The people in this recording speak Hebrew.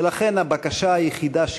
ולכן הבקשה היחידה שלי,